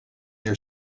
your